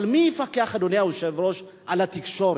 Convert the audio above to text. אבל מי יפקח, אדוני היושב-ראש, על התקשורת?